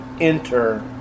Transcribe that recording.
enter